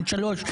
עד שלוש,